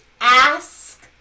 ask